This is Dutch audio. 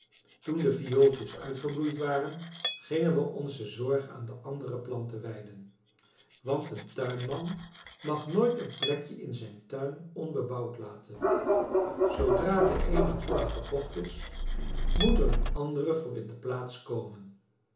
toen de viooltjes uitgebloeid waren gingen we onze zorg aan andere planten wijden want een tuinman mag nooit een plekje in zijn tuin onbebouwd laten zoodra de eene plant verkocht is moet er een andere voor in de plaats komen